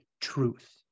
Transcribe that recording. truth